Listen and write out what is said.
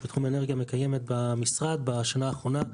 בתחום אנרגיה מקיימת במשרד בשנה האחרונה.